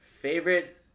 favorite